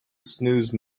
snooze